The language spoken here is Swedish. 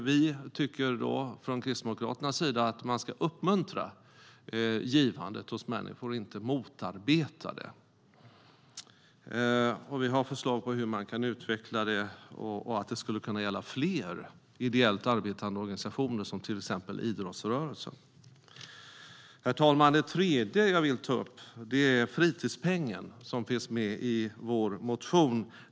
Vi kristdemokrater tycker att man ska uppmuntra människors givande, inte motarbeta det. Vi har förslag på hur man kan utveckla det så att det skulle kunna gälla fler ideellt arbetande organisationer, till exempel idrottsrörelsen. Herr talman! Det tredje som jag vill ta upp är fritidspengen som finns med i vår motion.